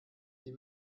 die